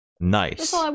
nice